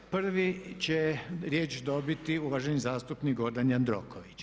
Prvi će riječ dobiti uvaženi zastupnik Gordan Jandroković.